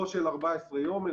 לא של 14 יום,